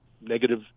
negative